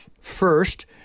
first